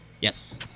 Yes